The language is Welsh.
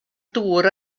dŵr